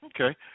Okay